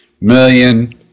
million